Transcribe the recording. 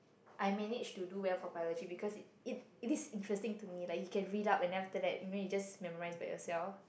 I managed to do well for biology because it it is interesting to me like you can read up and then after that you know you can just memorise by yourself